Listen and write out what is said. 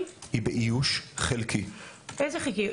איזה חלקי?